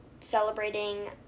celebrating